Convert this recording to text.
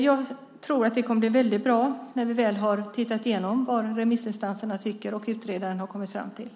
Jag tror att det kommer att bli väldigt bra när vi väl har tittat igenom vad remissinstanserna tycker och vad utredaren har kommit fram till.